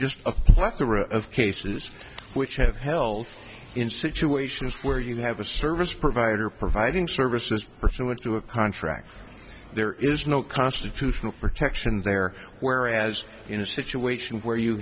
just a plethora of cases which have held in situations where you have a service provider providing services pursuant to a contract there is no constitutional protection there whereas in a situation